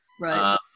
Right